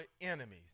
enemies